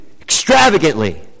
Extravagantly